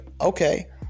Okay